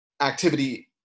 activity